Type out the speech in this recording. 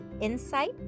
insight